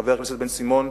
חבר הכנסת בן-סימון,